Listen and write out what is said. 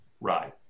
Right